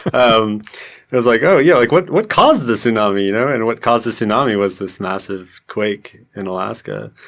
um was, like oh yeah, like what what caused the tsunami? you know and what caused the tsunami was this massive quake in alaska.